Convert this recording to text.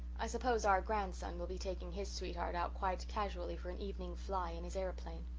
i suppose our grandson will be taking his sweetheart out quite casually for an evening fly in his aeroplane.